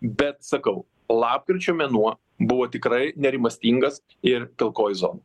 bet sakau lapkričio mėnuo buvo tikrai nerimastingas ir pilkoji zona